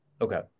Okay